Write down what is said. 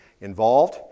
involved